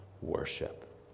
worship